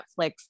Netflix